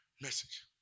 Message